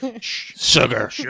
sugar